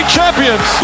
champions